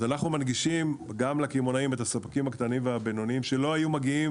אז אנחנו מנגישים גם לספקים הקטנים והבינוניים שלא היו מגיעים